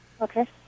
Okay